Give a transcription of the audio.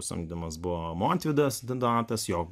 samdomas buvo montvydas donatas jo